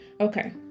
okay